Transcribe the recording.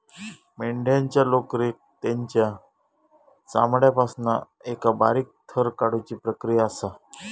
मेंढ्यांच्या लोकरेक तेंच्या चामड्यापासना एका बारीक थर काढुची प्रक्रिया असा